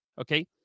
Okay